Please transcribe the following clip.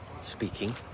speaking